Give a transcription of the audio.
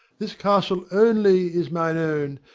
this castle only is mine own,